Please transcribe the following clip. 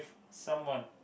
someone